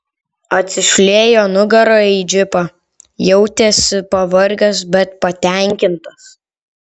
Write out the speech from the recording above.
atsišliejo nugara į džipą jautėsi pavargęs bet patenkintas